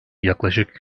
yaklaşık